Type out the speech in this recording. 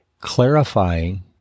clarifying